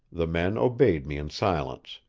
the men obeyed me in silence,